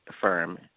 firm